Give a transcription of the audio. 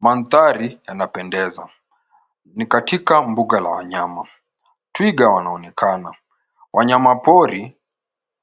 Mandhari yanapendeza. Ni katika mbuga la wanyama. Twiga wanaonekana. Wanyama pori